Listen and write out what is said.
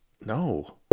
No